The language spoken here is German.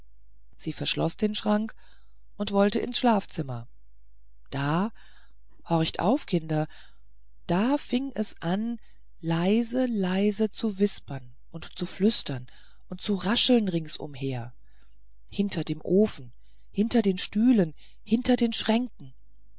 sie verschloß den schrank und wollte ins schlafzimmer da horcht auf kinder da fing es an leise leise zu wispern und zu flüstern und zu rascheln ringsherum hinter dem ofen hinter den stühlen hinter den schränken